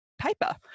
paper